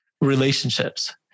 relationships